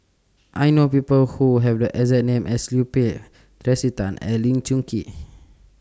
I know People Who Have The exact name as Liu Peihe Tracey Tan and Lee Choon Kee